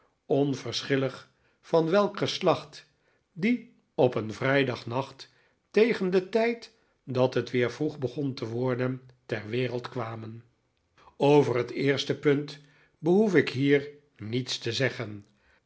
onverschillig van welk geslacht die op een vrijdagnacht tegen den tijd dat het weer vroeg begon te worden ter wereld kwamen over het eerste punt behoef ik hier niets te zeggen